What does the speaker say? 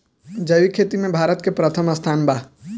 जैविक खेती में भारत के प्रथम स्थान बा